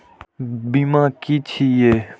बीमा की छी ये?